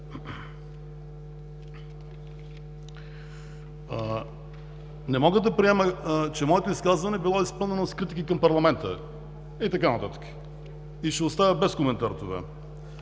Не мога да приема, че моето изказване е било изпълнено с критики към парламента и така нататък. Това ще оставя без коментар.